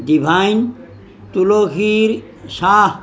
divine তুলসীৰ চাহ